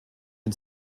den